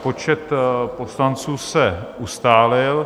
Počet poslanců se ustálil.